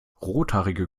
rothaarige